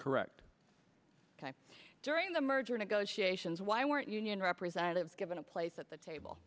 correct during the merger negotiations why weren't union representatives given a place at the table